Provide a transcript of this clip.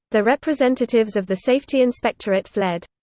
the representatives of the safety inspectorate fled.